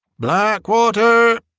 blackwater!